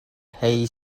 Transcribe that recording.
hei